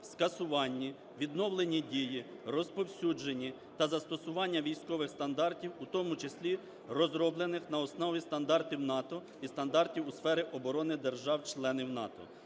скасуванні, відновленні дії, розповсюдженні та застосування військових стандартів, в тому числі розроблених на основі стандартів НАТО і стандартів у сфері оборони держав-членів НАТО.